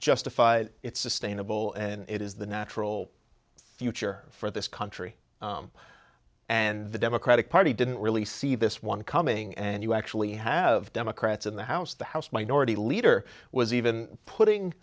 justified it's sustainable and it is the natural future for this country and the democratic party didn't really see this one coming and you actually have democrats in the house the house minority leader was even putting